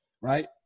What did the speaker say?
right